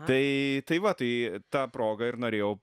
tai tai va tai ta proga ir norėjau